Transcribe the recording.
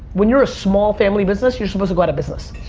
when you're a small family business, you're supposed to go out of business.